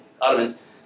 Ottomans